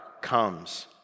comes